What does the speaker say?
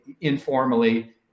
informally